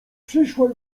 przyszła